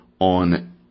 on